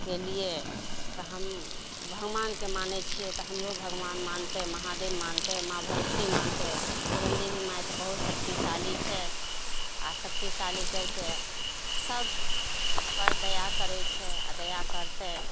केलियै तऽ हम भगवानके मानै छियै तऽ हमरो भगवान मानतै महदेव मानतै माँ भगवती मानतै पूरन देवी माइ तऽ बहुत शक्तिशाली छै आ शक्तिशाली करिके सभपर दया करै छै आ दया करतै